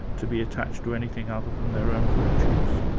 to be attached to anything other than their own virtues?